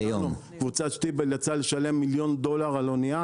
לקבוצת שטיבל יצא לשלם כמעט מיליון דולר על אוניה,